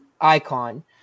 icon